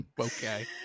Okay